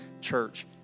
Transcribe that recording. Church